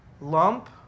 lump